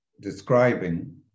describing